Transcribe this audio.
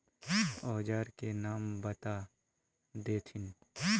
औजार के नाम बता देथिन?